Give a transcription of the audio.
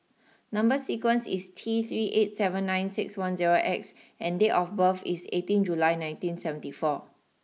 number sequence is T three eight seven nine six one zero X and date of birth is eighteen July nineteen seventy four